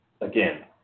again